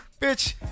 Bitch